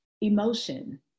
emotion